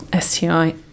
STI